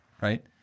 right